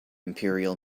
imperial